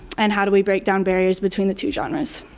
and how do we break down barriers between the two genres.